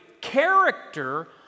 character